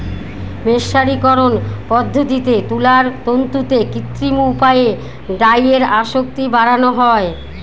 মের্সারিকরন পদ্ধতিতে তুলার তন্তুতে কৃত্রিম উপায়ে ডাইয়ের আসক্তি বাড়ানো হয়